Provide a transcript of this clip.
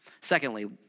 Secondly